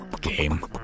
Game